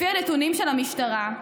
לפי נתונים של המשטרה,